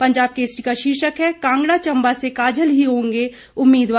पंजाब केसरी का शीर्षक है कांगड़ा चम्बा से काजल ही होंगे उम्मीदवार